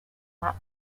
lap